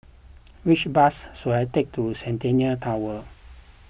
which bus should I take to Centennial Tower